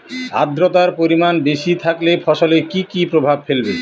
আদ্রর্তার পরিমান বেশি থাকলে ফসলে কি কি প্রভাব ফেলবে?